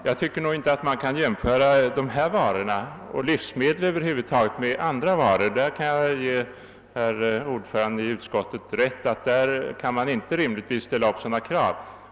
Herr talman! Jag tycker inte man kan jämföra de här berörda varorna och livsmedel över huvud taget med andra varor, för vilka jag kan ge utskottets ordförande rätt i att man rimligtvis inte generellt kan ställa upp samma krav.